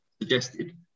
suggested